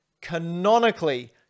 canonically